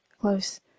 close